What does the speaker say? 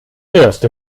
erste